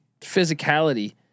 physicality